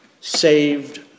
saved